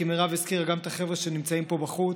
כי מרב הזכירה גם את החבר'ה שנמצאים פה בחוץ.